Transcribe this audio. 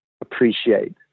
appreciate